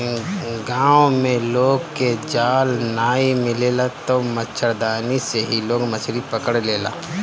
गांव में लोग के जाल नाइ मिलेला तअ मछरदानी से ही लोग मछरी पकड़ लेला